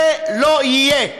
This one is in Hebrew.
זה לא יהיה.